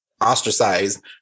ostracized